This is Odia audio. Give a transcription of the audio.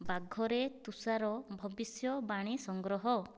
ବାଘରେ ତୁଷାର ଭବିଷ୍ୟବାଣୀ ସଂଗ୍ରହ